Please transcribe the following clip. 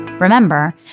Remember